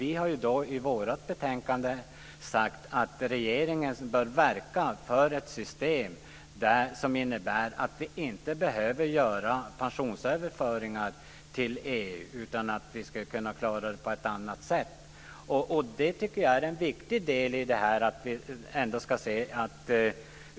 I utskottets betänkande har vi sagt att regeringen bör verka för ett system som innebär att vi inte behöver göra pensionsöverföringar till EU utan att man skulle kunna klara det på ett annat sätt. Det tycker jag är en viktig del i det här.